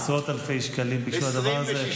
עשרות אלפי שקלים בשביל הדבר הזה.